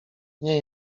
nie